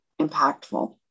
impactful